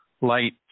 light